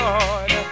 Lord